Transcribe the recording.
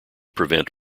prevent